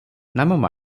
ନାମ